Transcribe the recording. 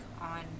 on